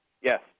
Yes